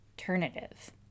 alternative